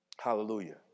Hallelujah